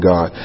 God